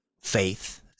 faith